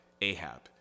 Ahab